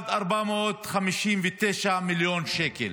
2.459 מיליארד שקל,